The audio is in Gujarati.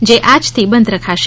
જે આજથી બંધ રખાશે